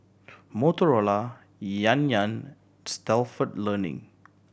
Motorola Yan Yan Stalford Learning